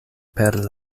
per